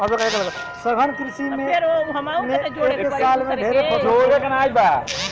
सघन कृषि में एके साल में ढेरे फसल बोवल जाला